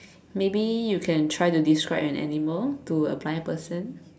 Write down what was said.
maybe you can try to describe an animal to a blind person